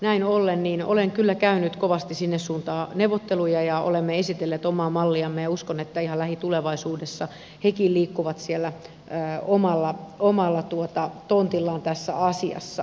näin ollen olen kyllä käynyt kovasti sinne suuntaan neuvotteluja ja olemme esitelleet omaa malliamme ja uskon että ihan lähitulevaisuudessa hekin liikkuvat siellä omalla tontillaan tässä asiassa